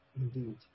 indeed